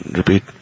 repeat